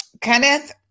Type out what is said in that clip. Kenneth